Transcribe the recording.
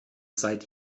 seit